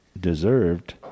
deserved